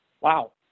Wow